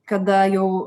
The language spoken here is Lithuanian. kada jau